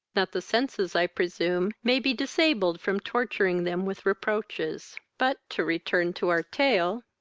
that the senses, i presume, may be disabled from torturing them with reproaches but to return to our tale.